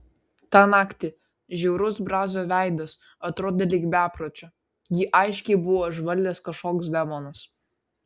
tą naktį žiaurus brazio veidas atrodė lyg bepročio jį aiškiai buvo užvaldęs kažkoks demonas